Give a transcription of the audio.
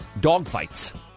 dogfights